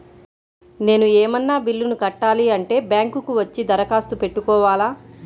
నేను ఏమన్నా బిల్లును కట్టాలి అంటే బ్యాంకు కు వచ్చి దరఖాస్తు పెట్టుకోవాలా?